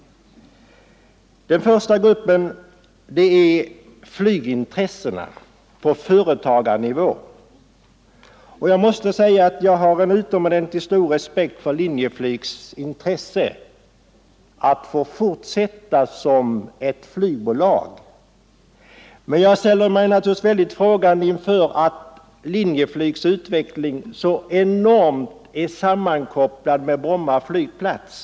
Den första gruppen är företrädarna för flygintressena på företagarnivå. Jag vill säga att jag har en utomordentligt stor respekt för Linjeflygs intresse av att få fortsätta sin verksamhet som flygbolag. Men jag ställer mig mycket frågande inför det förhållandet att Linjeflygs utveckling så enormt starkt sammankopplas med Bromma flygplats.